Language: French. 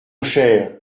cher